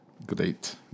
Great